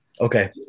okay